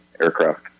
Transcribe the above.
aircraft